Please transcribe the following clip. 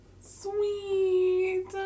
Sweet